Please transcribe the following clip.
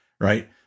right